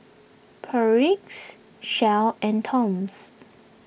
Perdix Shell and Toms